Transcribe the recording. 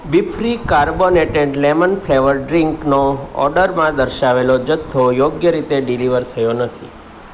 Befree carbonated lemon flavoured ડ્રિંકનો ઓર્ડરમાં દર્શાવેલો જથ્થો યોગ્ય રીતે ડીલિવર થયો નથી